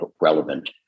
relevant